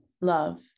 love